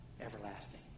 everlasting